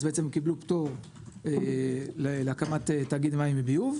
אז הם קיבלו פטור מתאגיד מים וביוב.